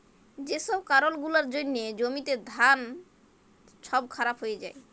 যে ছব কারল গুলার জ্যনহে জ্যমিতে ধাল ছব খারাপ হঁয়ে যায়